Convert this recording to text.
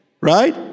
Right